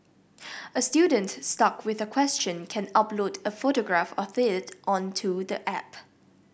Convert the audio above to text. a student stuck with a question can upload a photograph of it onto the app